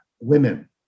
Women